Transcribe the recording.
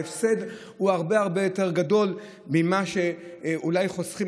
ההפסד הוא הרבה הרבה יותר גדול ממה שאולי חוסכים